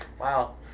Wow